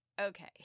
Okay